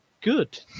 good